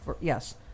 Yes